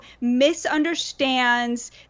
misunderstands